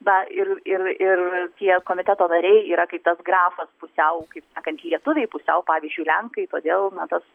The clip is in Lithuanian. na ir ir ir tie komiteto nariai yra kaip tas grafas pusiau kaip sakant lietuviai pusiau pavyzdžiui lenkai todėl na tas